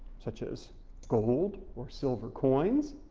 such as gold or silver coins,